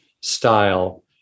style